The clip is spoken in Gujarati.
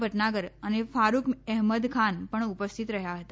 ભટનાગર અને ફારૂક અહેમદ ખાન ણ ઉ સ્થિત રહ્યા હતા